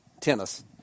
tennis